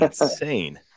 insane